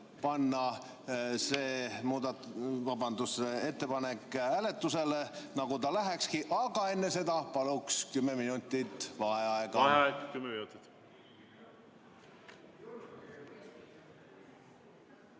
panna see ettepanek hääletusele, nagu ta lähekski, aga enne seda palun kümme minutit vaheaega.